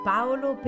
Paolo